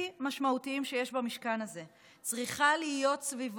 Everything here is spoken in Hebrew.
משפט לסיכום.